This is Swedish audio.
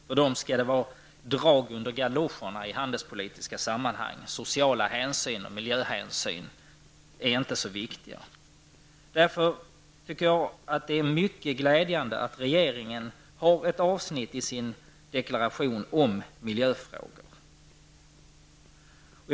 Före dem skall det vara drag under galoscherna i handelspolitiska sammanhang. Sociala hänsyn och miljöhänsyn är inte så viktiga. Därför är det mycket glädjande att regeringen har ett avsnitt i sin deklaration om miljöfrågor.